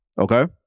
Okay